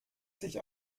sich